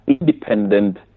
independent